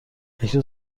اکنون